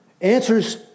Answers